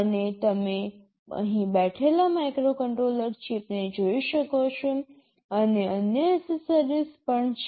અને તમે અહીં બેઠેલા માઇક્રોકન્ટ્રોલર ચિપને જોઈ શકો છો અને અન્ય એક્સેસરીઝ પણ છે